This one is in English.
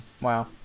Wow